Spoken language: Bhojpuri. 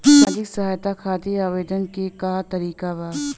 सामाजिक सहायता खातिर आवेदन के का तरीका बा?